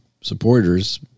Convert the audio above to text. supporters